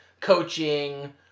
coaching